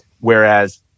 whereas